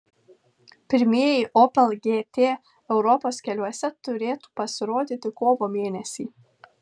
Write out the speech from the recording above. pirmieji opel gt europos keliuose turėtų pasirodyti kovo mėnesį